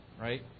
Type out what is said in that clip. right